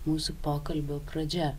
mūsų pokalbio pradžia